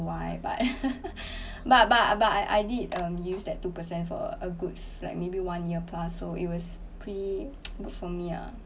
why but but but but I I did uh used that two percent for a good like maybe one year plus so it was pretty good for me ah